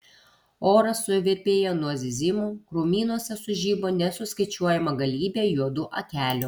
oras suvirpėjo nuo zyzimo krūmynuose sužibo nesuskaičiuojama galybė juodų akelių